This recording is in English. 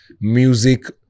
music